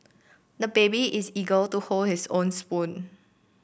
the baby is eager to hold his own spoon